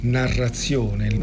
narrazione